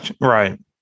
Right